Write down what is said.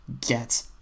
get